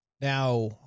Now